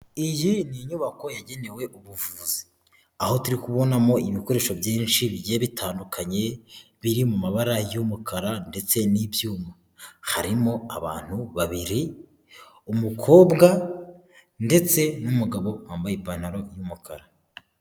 Iyi ni inyubako yagenewe ubuvuzi, aho turi kubonamo ibikoresho byinshi bigiye bitandukanye biri mu mabara y'umukara ndetse n'ibyuma, harimo abantu babiri; umukobwa ndetse n'umugabo wambaye ipantaro y'umukara.